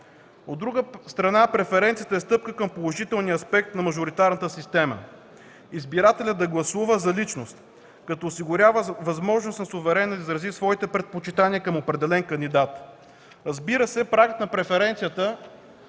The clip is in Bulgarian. От друга страна, преференцията е стъпка към положителния аспект на мажоритарната система – избирателят да гласува за личност, като осигурява възможност на суверена да изрази своите предпочитания към определен кандидат. Разбира се, прагът на преференцията